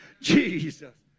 Jesus